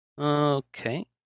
Okay